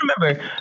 remember